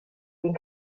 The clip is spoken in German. den